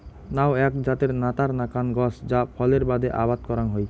নাউ এ্যাক জাতের নতার নাকান গছ যা ফলের বাদে আবাদ করাং হই